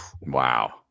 Wow